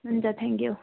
हुन्छ थ्याङ्कयू